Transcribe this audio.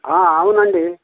అవునండి